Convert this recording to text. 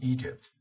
Egypt